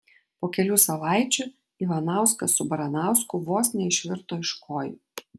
po kelių savaičių ivanauskas su baranausku vos neišvirto iš kojų